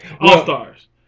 All-Stars